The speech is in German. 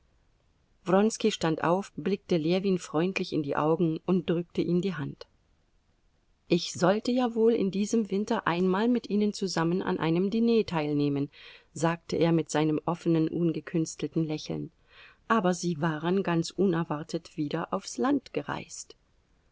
stand auf blickte ljewin freundlich in die augen und drückte ihm die hand ich sollte ja wohl in diesem winter einmal mit ihnen zusammen an einem diner teilnehmen sagte er mit seinem offenen ungekünstelten lächeln aber sie waren ganz unerwartet wieder aufs land gereist